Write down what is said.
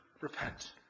repent